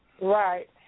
Right